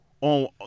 on